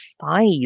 five